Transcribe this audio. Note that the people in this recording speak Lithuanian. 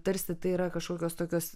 tarsi tai yra kažkokios tokios